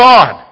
on